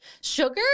Sugar